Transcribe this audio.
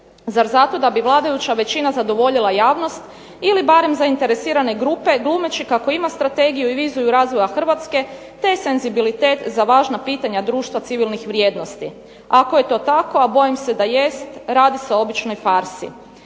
Zar zato da bi vladajuća većina zadovoljila javnost ili barem zainteresirane grupe glumeći kako ima strategiju i viziju razvoja Hrvatske te senzibilitet za važna pitanja društva civilnih vrijednosti. Ako je to tako, a bojim se da jest, radi se o običnoj farsi.